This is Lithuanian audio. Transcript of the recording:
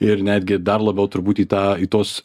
ir netgi dar labiau turbūt į tą į tos